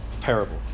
parable